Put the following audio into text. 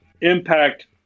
impact